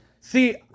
See